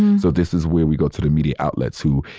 so this is where we go to the media outlets who,